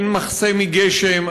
אין מחסה מגשם,